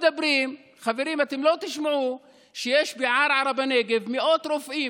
חברים, אתם לא תשמעו שיש בערערה בנגב מאות רופאים.